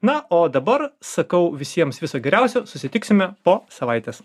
na o dabar sakau visiems viso geriausio susitiksime po savaitės